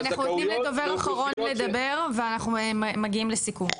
אנחנו נותנים לדובר אחרון לדבר ואנחנו מגיעים לסיכום.